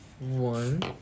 One